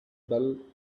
bell